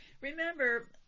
Remember